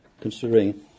considering